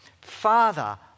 Father